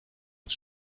het